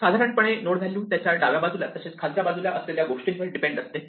साधारण पणे node value त्याच्या डाव्या बाजूला तसेच खालच्या बाजूला असलेल्या गोष्टींवर डिपेंड असते